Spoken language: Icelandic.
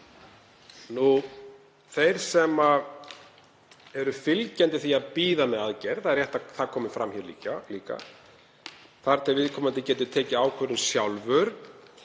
Þeir sem eru fylgjandi því að bíða með aðgerð, það er rétt að það komi fram hér líka, þar til viðkomandi getur tekið ákvörðun sjálfur